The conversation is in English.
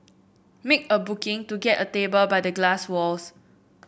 make a booking to get a table by the glass walls